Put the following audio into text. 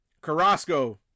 carrasco